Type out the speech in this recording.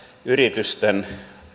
yritysten